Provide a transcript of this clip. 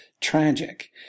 tragic